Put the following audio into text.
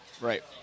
Right